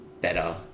better